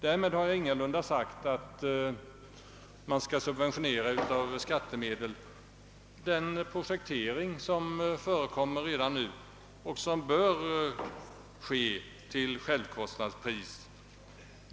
Därmed har jag ingalunda sagt att man med skattemedel skall subventionera den projektering som förekommer men som bör göras till självkostnadspris.